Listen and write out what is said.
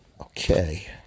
Okay